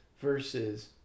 versus